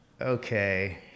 okay